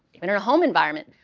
even our home environment,